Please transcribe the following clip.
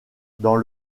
dans